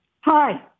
Hi